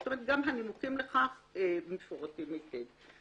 זאת אומרת, גם הנימוקים לכך מפורטים היטב.